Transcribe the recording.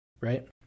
Right